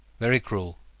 very cruel,